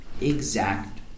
exact